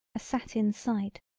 a satin sight,